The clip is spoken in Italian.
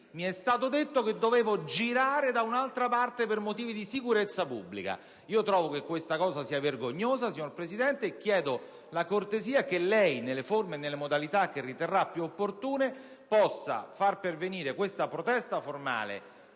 mi è stato risposto che dovevo girare da un'altra parte per motivi di sicurezza pubblica. Io trovo che questa sia una cosa vergognosa, signor Presidente, e le chiedo la cortesia, nelle forme e nelle modalità che riterrà più opportune, di far pervenire la protesta formale